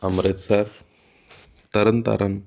Amritsar Tarn Taran